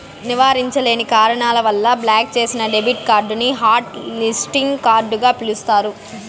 నివారించలేని కారణాల వల్ల బ్లాక్ చేసిన డెబిట్ కార్డుని హాట్ లిస్టింగ్ కార్డుగ పిలుస్తారు